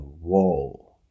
whoa